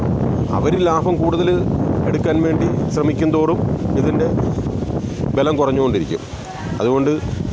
അവർ ലാഭം കൂടുതലെടുക്കാൻ വേണ്ടി ശ്രമിക്കുന്തോറും ഇതിൻ്റെ ബലം കുറഞ്ഞുകൊണ്ടിരിക്കും അതുകൊണ്ട്